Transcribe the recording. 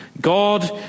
God